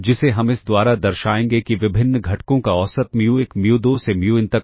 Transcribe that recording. जिसे हम इस द्वारा दर्शाएंगे कि विभिन्न घटकों का औसत म्यू 1 म्यू 2 से म्यू n तक हो